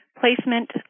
placement